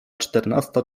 czternasta